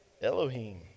elohim